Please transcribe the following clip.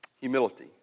Humility